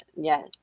Yes